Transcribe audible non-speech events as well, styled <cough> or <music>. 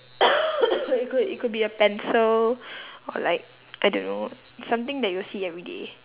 <coughs> it could it could be a pencil or like I don't know something that you see every day